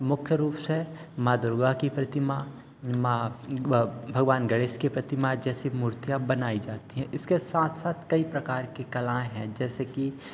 मुख्य रूप से माँ दुर्गा की प्रतिमा माँ भगवान गणेश की प्रतिमा जैसी मूर्तियाँ बनाई जाती हैं इसके साथ साथ कई प्रकार की कलाएँ हैं जैसे कि